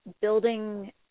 building